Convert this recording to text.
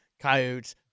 coyotes